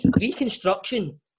Reconstruction